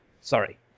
sorry